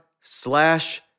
slash